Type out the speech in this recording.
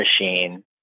machine